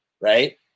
right